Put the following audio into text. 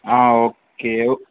ஆ okay ஓ